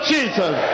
Jesus